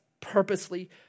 purposely